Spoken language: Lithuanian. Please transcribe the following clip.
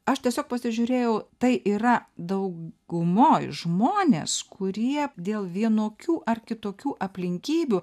aš tiesiog pasižiūrėjau tai yra daugumoj žmonės kurie dėl vienokių ar kitokių aplinkybių